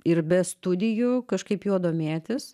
ir be studijų kažkaip juo domėtis